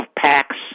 packs